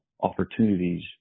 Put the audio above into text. opportunities